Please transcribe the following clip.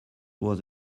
was